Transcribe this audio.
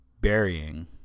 Burying